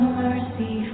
mercy